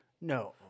no